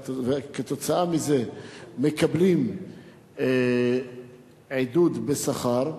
וכתוצאה מזה מקבלים עידוד בשכר.